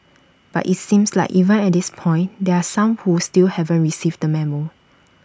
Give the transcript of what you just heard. but IT seems like even at this point there are some who still haven't received the memo